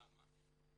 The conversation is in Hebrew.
למה?